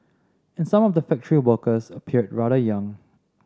and some of the factory workers appeared rather young